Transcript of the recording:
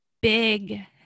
big